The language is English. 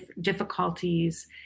difficulties